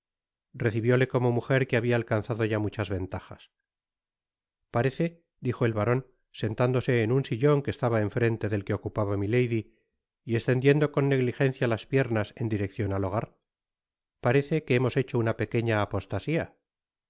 recibióle como mujer que habia alcanzado ya muchas ventajas parece dijo el baron sentándose en un sillon que estaba en frente del que ocupaba milady y estendiendo con negligencia las piernas en direccion al hogar parece que hemos hecho una pequeña apostas